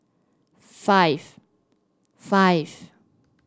five five